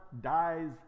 dies